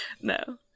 No